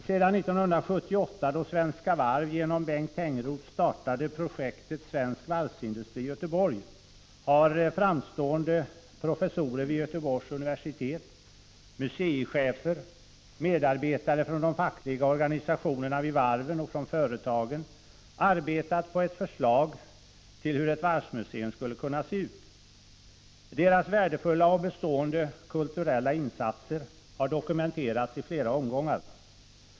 Sedan 1978, då Svenska Varv genom Bengt Tengroth startade projektet Svensk varvsindustri i Göteborg har framstående professorer vid Göteborgs universitet, museichefer, medarbetare från de fackliga organisationerna vid varven och företagen arbetat på ett förslag till hur ett varvsmuseum skulle kunna se ut. Deras värdefulla och bestående kulturella insatser har dokumenterats i flera omgångar.